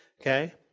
okay